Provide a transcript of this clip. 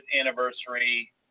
anniversary